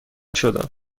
شدم